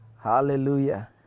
Hallelujah